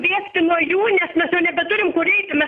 bėgti nuo jų nes mes jau nebeturim kur eiti mes